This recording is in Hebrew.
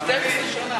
ציונה.